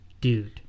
Dude